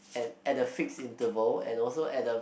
and and the fixed interval and also at the